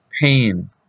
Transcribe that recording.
pain